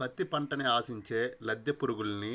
పత్తి పంటని ఆశించే లద్దె పురుగుల్ని